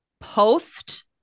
post